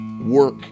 work